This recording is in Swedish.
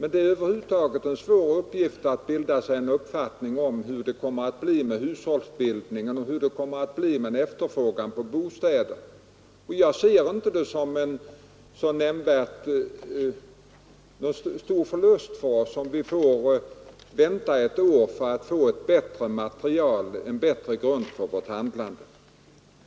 och det är över huvud taget en svår uppgift att bilda sig en uppfattning om hur det kommer att bli med hushållsbildningen och efterfrågan på bostäder. Jag ser det inte som någon stor förlust, om vi får vänta ett år på ett bättre material som kan ligga till grund för vårt handlande.